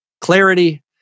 clarity